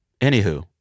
anywho